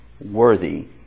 worthy